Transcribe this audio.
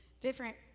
different